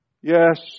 Yes